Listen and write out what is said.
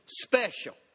Special